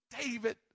David